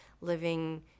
living